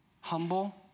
Humble